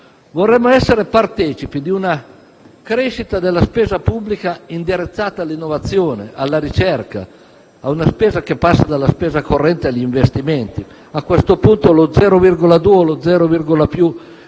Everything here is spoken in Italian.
Vorremmo essere partecipi di una crescita della spesa pubblica indirizzata all'innovazione e alla ricerca; vorremmo vedere una spesa che passa dalla spesa corrente agli investimenti. A questo punto, uno 0,2